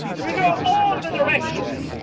we'll go all the directions!